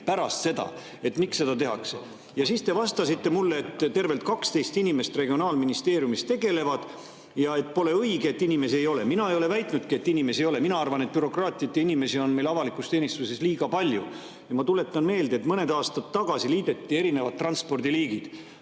pärast seda. Miks seda tehakse? Ja te vastasite mulle, et tervelt 12 inimest regionaalministeeriumis tegelevad sellega ja et pole õige, et inimesi ei ole. Mina ei ole väitnudki, et inimesi ei ole, mina arvan, et bürokraatiat ja inimesi on meil avalikus teenistuses liiga palju. Ja ma tuletan meelde, et mõned aastad tagasi liideti erinevad transpordiliigid